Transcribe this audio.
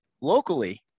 locally